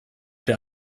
der